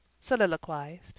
soliloquized